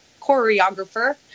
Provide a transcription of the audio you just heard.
choreographer